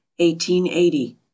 1880